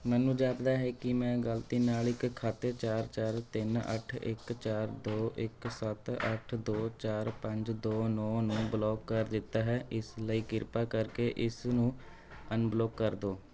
ਮੈਨੂੰ ਜਾਪਦਾ ਹੈ ਕਿ ਮੈਂ ਗਲਤੀ ਨਾਲ ਇੱਕ ਖਾਤੇ ਚਾਰ ਚਾਰ ਤਿੰਨ ਅੱਠ ਇੱਕ ਚਾਰ ਦੋ ਇੱਕ ਸੱਤ ਅੱਠ ਦੋ ਚਾਰ ਪੰਜ ਦੋ ਨੌਂ ਨੂੰ ਬਲੌਕ ਕਰ ਦਿੱਤਾ ਹੈ ਇਸ ਲਈ ਕਿਰਪਾ ਕਰਕੇ ਇਸਨੂੰ ਅਨਬਲੌਕ ਕਰ ਦਿਓ